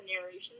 narration